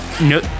no